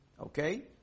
Okay